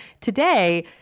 today